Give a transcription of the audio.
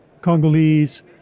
Congolese